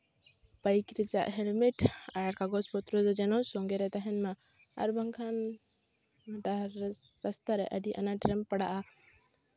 ᱵᱟᱹᱭᱤᱠ ᱨᱮᱭᱟᱜ ᱦᱮᱞᱢᱮᱴ ᱟᱨ ᱠᱟᱜᱚᱡᱽ ᱯᱚᱛᱨᱚ ᱡᱮᱱᱚ ᱥᱚᱸᱜᱮ ᱨᱮ ᱛᱟᱦᱮᱱ ᱢᱟ ᱟᱨ ᱵᱟᱝᱠᱷᱟᱱ ᱰᱟᱦᱟᱨ ᱨᱟᱥᱛᱟᱨᱮ ᱟᱹᱰᱤ ᱟᱱᱟᱴ ᱨᱮᱢ ᱯᱟᱲᱟᱜᱼᱟ